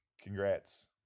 Congrats